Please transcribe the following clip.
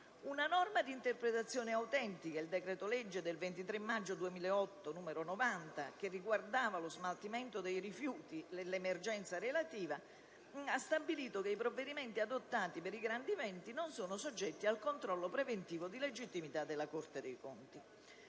Una norma di interpretazione autentica, il decreto-legge 23 maggio 2008, n. 90, che riguardava lo smaltimento dei rifiuti e l'emergenza relativa, ha stabilito che i provvedimenti adottati per i grandi eventi non sono soggetti al controllo preventivo di legittimità della Corte dei conti.